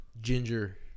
ginger